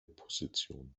position